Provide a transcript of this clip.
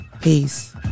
Peace